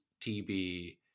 TB